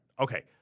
Okay